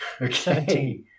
Okay